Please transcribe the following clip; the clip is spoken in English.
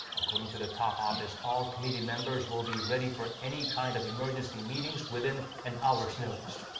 according to the top office, all committee members will be ready for any kind of emergency meetings within an hour's notice.